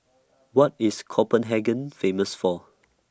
What IS Copenhagen Famous For